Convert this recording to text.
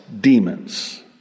demons